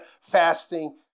fasting